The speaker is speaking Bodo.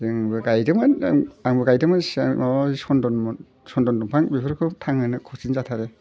जोंबो गायदोंमोन आंबो गायदोंमोन सिगां माबा माबि सनदनमोन सनदन बिफां बेफोरखौ थांहोनो खथिन जाथारो